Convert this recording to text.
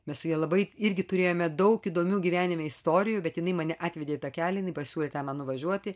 mes su ja labai irgi turėjome daug įdomių gyvenime istorijų bet jinai mane atvedė į tą kelią jinai pasiūlė ten man nuvažiuoti